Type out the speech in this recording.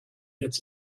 its